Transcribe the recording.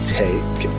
take